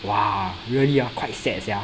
!wah! really ah quite sad sia